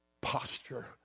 posture